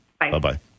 Bye-bye